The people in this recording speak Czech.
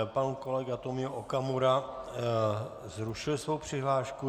Pan kolega Tomio Okamura zrušil svou přihlášku.